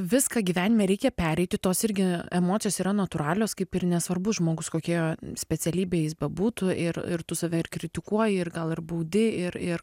viską gyvenime reikia pereiti tos irgi emocijos yra natūralios kaip ir nesvarbu žmogus kokia specialybė jis bebūtų ir ir tu save ir kritikuoji ir gal ir baudi ir ir